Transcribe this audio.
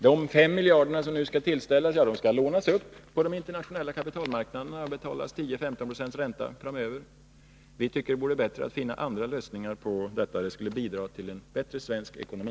De 5 miljarder som nu skall tillskjutas, måste lånas upp på den internationella kapitalmarknaden till en ränta av 10-15 96 framöver. Vi anser att det vore bättre med en annan lösning. Det skulle bidra till en bättre svensk ekonomi.